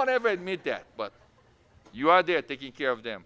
want to ever admit that but you are there taking care of them